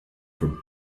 for